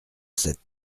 sept